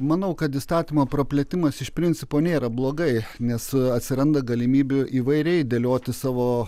manau kad įstatymo praplėtimas iš principo nėra blogai nes atsiranda galimybių įvairiai dėlioti savo